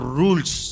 rules